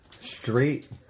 straight